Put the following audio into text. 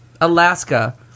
Alaska